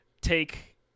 take